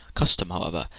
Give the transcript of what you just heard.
custom, however,